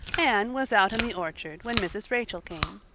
anne was out in the orchard when mrs. rachel came,